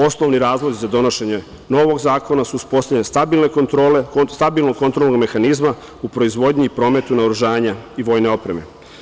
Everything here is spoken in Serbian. Osnovni razlozi za donošenje novog zakona su uspostavljanje stabilnog kontrolnog mehanizma u proizvodnji i prometu naoružanja i vojne opreme.